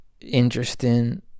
interesting